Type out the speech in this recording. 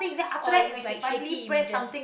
or is like shaky images